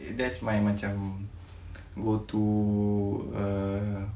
that's my macam go to err